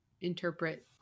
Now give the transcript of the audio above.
interpret